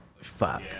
Fuck